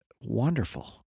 wonderful